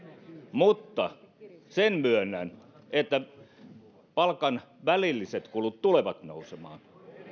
mutta sen myönnän että palkan välilliset kulut tulevat nousemaan